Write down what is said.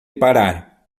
parar